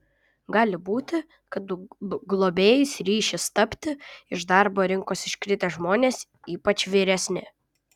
gali būti kad globėjais ryšis tapti iš darbo rinkos iškritę žmonės ypač vyresni